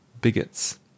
Bigots